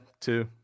two